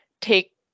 take